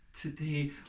today